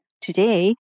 today